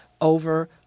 over